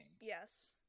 Yes